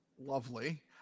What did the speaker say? lovely